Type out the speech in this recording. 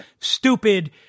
stupid